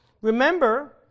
Remember